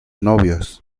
novios